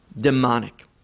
demonic